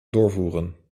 doorvoeren